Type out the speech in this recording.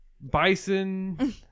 bison